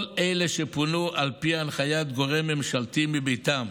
כל אלה שפונו על פי הנחיית גורם ממשלתי מביתם